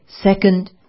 second